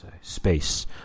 space